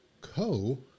Co